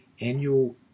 annual